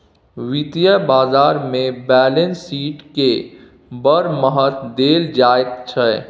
वित्तीय बाजारमे बैलेंस शीटकेँ बड़ महत्व देल जाइत छै